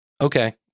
Okay